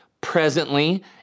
presently